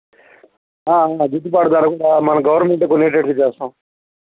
గిట్టుబాటు ధర కూడా మన గవర్నమెంట్ కొనేటట్టుగా చేస్తాం